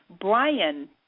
Brian